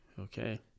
okay